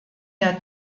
der